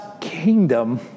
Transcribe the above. kingdom